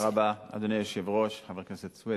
תודה רבה, אדוני היושב-ראש, חבר הכנסת סוייד,